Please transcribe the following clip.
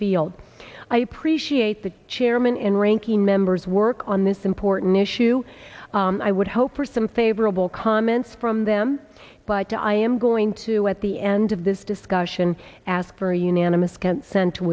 field i appreciate the chairman and ranking members work on this important issue and i would hope for some favorable comments from them by to i am going to at the end of this discussion ask for a unanimous consent to